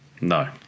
No